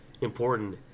important